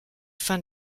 fin